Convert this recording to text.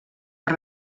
per